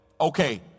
okay